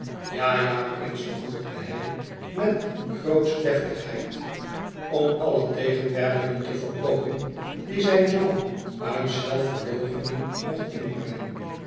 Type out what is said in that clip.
ja ja prince vervolgde hij met grootsche deftigheid om alle tegenwerpingen te voorkomen die zijn zoon uit zelfverloochening mocht inbrengen